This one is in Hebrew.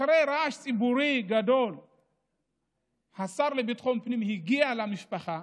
אחרי רעש ציבורי גדול השר לביטחון הפנים הגיע למשפחה,